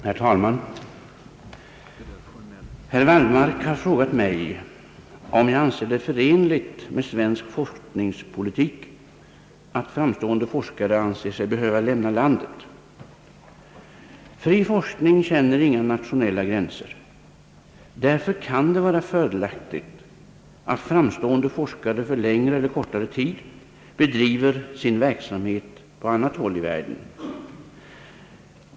Herr talman! Herr Wallmark har frågat mig, om jag anser det förenligt med svensk forskningspolitik att framstående forskare anser sig behöva lämna landet. Fri forskning känner inga nationella gränser. Därför kan det vara fördelaktigt, att framstående forskare för längre eller kortare tid bedriver sin verksamhet på annat håll i världen.